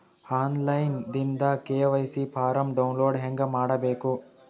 On line ದಿಂದ KYC form download ಹೇಂಗ ಮಾಡಬೇಕು?